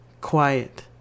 quiet